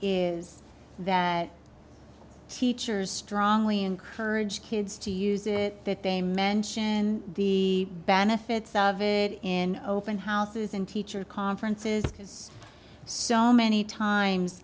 is that teachers strongly encourage kids to use it that they mention the benefits of it in open houses and teacher conferences because so many times